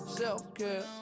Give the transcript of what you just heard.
Self-care